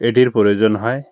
এটির প্রয়োজন হয়